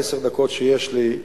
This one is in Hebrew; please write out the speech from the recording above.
בעשר הדקות שיש לי,